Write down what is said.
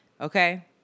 Okay